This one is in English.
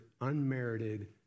unmerited